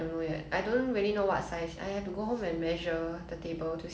but ya maybe one more month or two more months